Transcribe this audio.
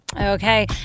Okay